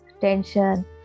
tension